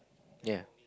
ya